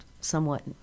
somewhat